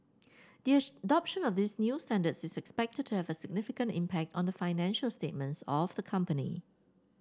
the adoption of these new standards is expected to have a significant impact on the financial statements of the company